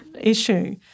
issue